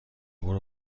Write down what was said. برو